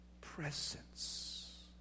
presence